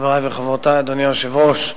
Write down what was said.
חברי וחברותי, אדוני היושב-ראש,